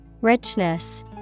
richness